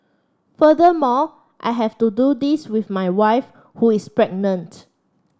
furthermore I have to do this with my wife who is pregnant